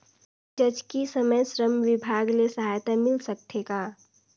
जचकी समय श्रम विभाग ले सहायता मिल सकथे का?